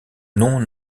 non